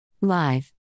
Live